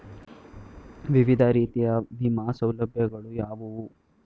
ವಿವಿಧ ರೀತಿಯ ವಿಮಾ ಸೌಲಭ್ಯಗಳು ಯಾವುವು?